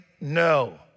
No